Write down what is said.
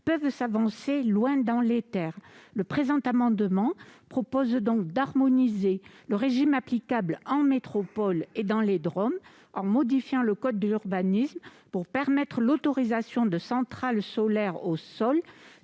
peuvent s'avancer loin dans les terres. Le présent amendement vise à harmoniser le régime applicable en métropole et dans les DROM, en modifiant le code de l'urbanisme pour autoriser l'implantation de centrales solaires au sol